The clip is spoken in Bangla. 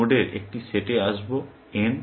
আমি নোডের একটি সেটে আসব n